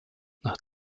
nach